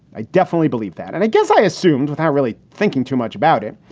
i definitely believe that. and i guess i assumed without really thinking too much about it,